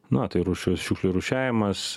na tai rūšiuoju šiukšlių rūšiavimas